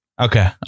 Okay